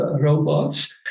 robots